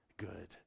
good